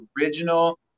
original